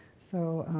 so,